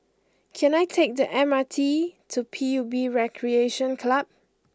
can I take the M R T to P U B Recreation Club